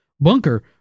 Bunker